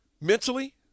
mentally